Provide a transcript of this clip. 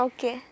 Okay